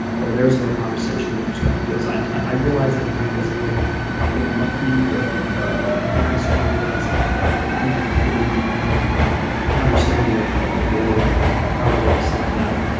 or there is no conversation with respect to those items. i realize that kind of gets a little little mucky with the fairness formula and stuff like that. and and i'm completely understanding of of the board however they decide that.